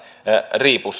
riipu